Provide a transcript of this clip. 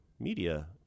media